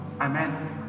Amen